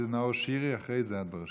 נאור שירי ואחרי זה את ברשימה.